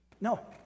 No